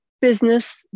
business